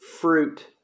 fruit